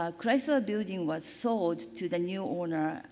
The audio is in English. ah chrysler building was sold to the new owner,